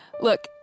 Look